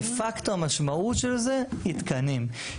דה פקטו המשמעות של זה היא תקנים,